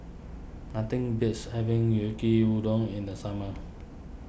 nothing beats having Yu Kee Udon in the summer